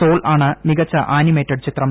soul ആണ് മികച്ച animated ചിത്രം